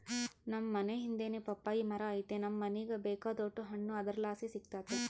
ನಮ್ ಮನೇ ಹಿಂದೆನೇ ಪಪ್ಪಾಯಿ ಮರ ಐತೆ ನಮ್ ಮನೀಗ ಬೇಕಾದೋಟು ಹಣ್ಣು ಅದರ್ಲಾಸಿ ಸಿಕ್ತತೆ